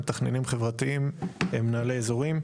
מתכננים חברתיים, מנהלי אזורים.